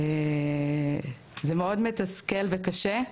זה מאוד מתסכל וקשה,